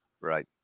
Right